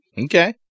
Okay